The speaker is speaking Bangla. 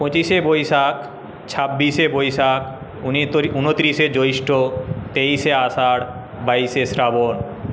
পঁচিশে বৈশাখ ছাব্বিশে বৈশাখ ঊনত্রিশে জ্যৈষ্ঠ তেইশে আষাঢ় বাইশে শ্রাবণ